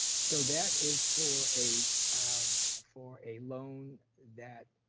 so that is for a for a loan that